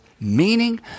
meaning